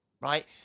right